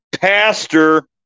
pastor